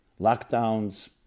lockdowns